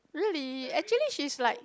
really actually she is like